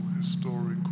historical